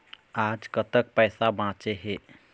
आज कतक पैसा बांचे हे?